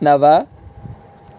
नव